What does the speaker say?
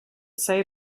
say